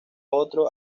otro